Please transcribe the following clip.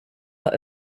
her